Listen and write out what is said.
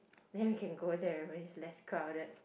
then we can go there when it's less crowded